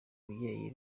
ababyeyi